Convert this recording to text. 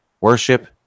worship